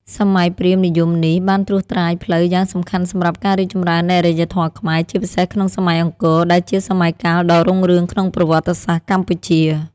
សម័យព្រាហ្មណ៍និយមនេះ បានត្រួសត្រាយផ្លូវយ៉ាងសំខាន់សម្រាប់ការរីកចម្រើននៃអរិយធម៌ខ្មែរ ជាពិសេសក្នុងសម័យអង្គរ ដែលជាសម័យកាលដ៏រុងរឿងក្នុងប្រវត្តិសាស្ត្រកម្ពុជា។